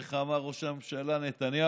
איך אמר ראש הממשלה נתניהו,